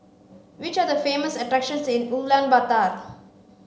which are the famous attractions in Ulaanbaatar